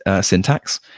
syntax